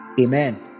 Amen